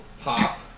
pop